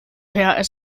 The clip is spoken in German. per